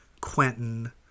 Quentin